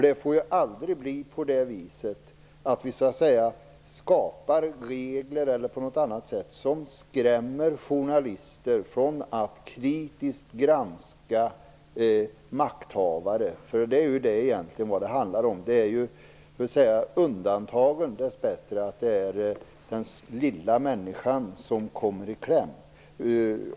Det får aldrig bli så att vi skapar regler eller gör något annat som skrämmer journalister från att kritiskt granska makthavare. Det är egentligen det som det handlar om. Det är dessbättre i undantagsfall som den lilla människan kommer i kläm.